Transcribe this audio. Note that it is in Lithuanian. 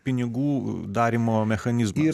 pinigų darymo mechanizmas